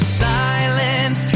silent